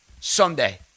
Sunday